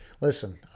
listen